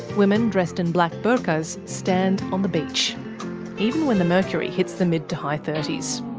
women dressed in black burqas stand on the beach even when the mercury hits the mid to high thirties.